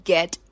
Get